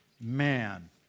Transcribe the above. man